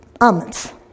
almonds